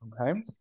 Okay